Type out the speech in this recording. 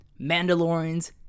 Mandalorians